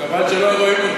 חבל שלא רואים אותם.